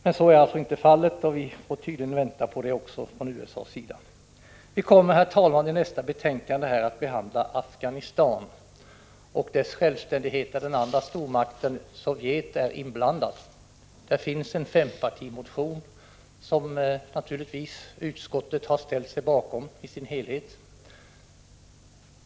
Men så har det inte blivit, och vi får tydligen vänta på en ändring av USA:s politik. Herr talman! I nästa betänkande kommer vi att behandla Afghanistan och dess självständighet. Här är den andra stormakten, Sovjetunionen, inblandad. Det finns en fempartimotion, som utskottet givetvis helt har ställt sig bakom.